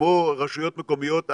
כמו רשויות מקומיות,